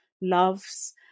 loves